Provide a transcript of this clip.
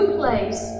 place